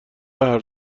حرف